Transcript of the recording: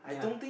yeah